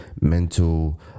mental